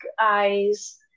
eyes